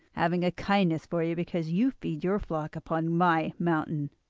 having a kindness for you because you feed your flock upon my mountain.